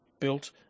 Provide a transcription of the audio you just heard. built